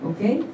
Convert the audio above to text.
Okay